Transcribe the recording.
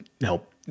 help